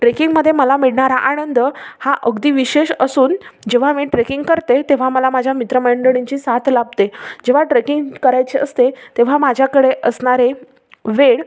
ट्रेकिंगमध्ये मला मिळणारा आनंद हा अगदी विशेष असून जेव्हा मी ट्रेकिंग करते तेव्हा मला माझ्या मित्रमंडळींची साथ लाभते जेव्हा ट्रेकिंग करायची असते तेव्हा माझ्याकडे असणारे वेळ